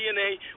DNA